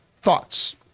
thoughts